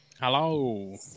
Hello